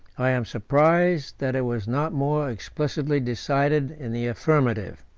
i am surprised that it was not more explicitly decided in the affirmative.